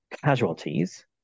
casualties